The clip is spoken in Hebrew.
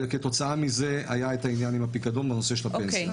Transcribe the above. וכתוצאה מזה היה את העניין עם הפיקדון בנושא של הפנסיה,